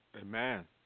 Amen